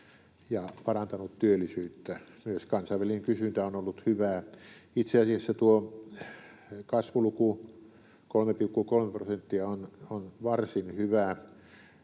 ja parantanut työllisyyttä. Myös kansainvälinen kysyntä on ollut hyvää. Itse asiassa tuo kasvuluku, 3,3 prosenttia, on varsin hyvä.